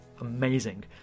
amazing